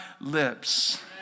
lips